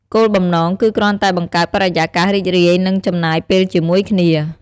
គោលបំណង គឺគ្រាន់តែបង្កើតបរិយាកាសរីករាយ និងចំណាយពេលជាមួយគ្នា។